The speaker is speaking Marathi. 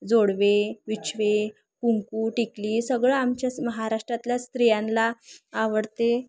जोडवी बिछवे कुंकू टिकली सगळं आमच्याच महाराष्ट्रातल्या स्त्रियांला आवडते